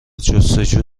جستجو